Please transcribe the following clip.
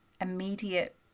immediate